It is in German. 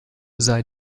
sei